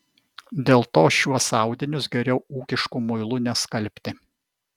dėl to šiuos audinius geriau ūkišku muilu neskalbti